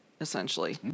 essentially